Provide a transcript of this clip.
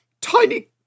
tiny